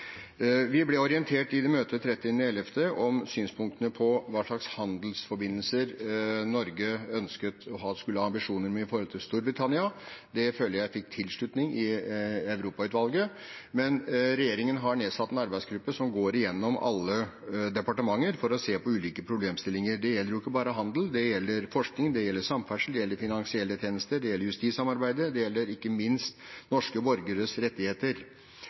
Vi ble orientert i møtet 30. november om synspunktene på hva slags handelsforbindelser Norge har ambisjoner om i forholdet til Storbritannia. Det føler jeg fikk tilslutning i Europautvalget. Regjeringen har nedsatt en arbeidsgruppe som går igjennom alle departementer for å se på ulike problemstillinger. Det gjelder jo ikke bare handel, det gjelder forskning, det gjelder samferdsel, det gjelder finansielle tjenester, det gjelder justissamarbeidet, og det gjelder ikke minst norske borgeres rettigheter.